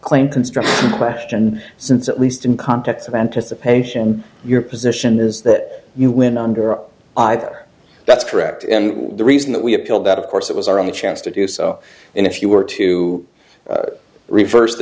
claim construct question since at least in context of anticipation your position is that you went under are either that's correct and the reason that we appealed that of course it was our only chance to do so and if you were to reverse the